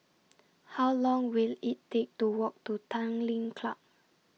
How Long Will IT Take to Walk to Tanglin Club